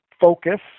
focus